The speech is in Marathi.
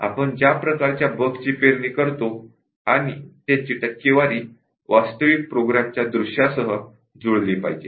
आपण ज्या प्रकारच्या बग्स मुद्दाम प्रोग्राम मध्ये टाकतो त्यांची टक्केवारी वास्तविक प्रोग्रामच्या दृश्यासह जुळली पाहिजे